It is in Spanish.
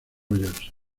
rogers